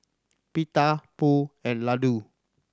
Pita Pho and Ladoo